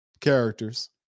characters